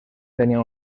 tenia